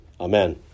Amen